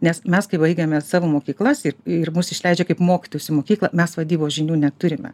nes mes kai baigiame savo mokyklas ir ir mus išleidžia kaip mokytojus į mokyklą mes vadybos žinių neturime